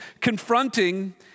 confronting